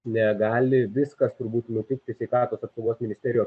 negali viskas turbūt nutikti sveikatos apsaugos ministerijos